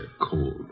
Cold